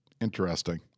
Interesting